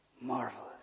marvelous